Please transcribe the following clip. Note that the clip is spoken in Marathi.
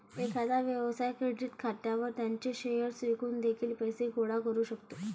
एखादा व्यवसाय क्रेडिट खात्यावर त्याचे शेअर्स विकून देखील पैसे गोळा करू शकतो